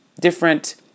different